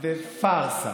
בפארסה.